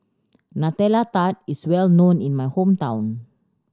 Nutella Tart is well known in my hometown